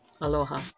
Aloha